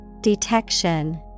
Detection